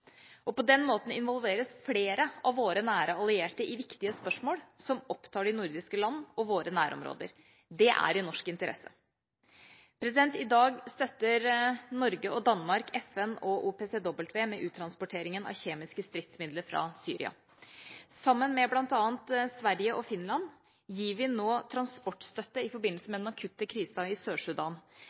På den måten involveres flere av våre nære allierte i viktige spørsmål som opptar de nordiske land og våre nærområder. Det er i norsk interesse. I dag støtter Norge og Danmark FN og OPCW med uttransporteringen av kjemiske stridsmidler fra Syria. Sammen med bl.a. Sverige og Finland gir vi nå transportstøtte i forbindelse med den akutte krisen i